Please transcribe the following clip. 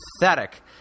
pathetic